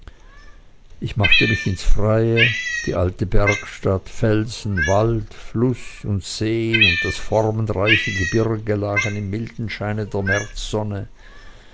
ich machte mich ins freie die alte bergstadt felsen wald fluß und see und das formenreiche gebirge lagen im milden schein der